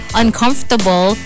uncomfortable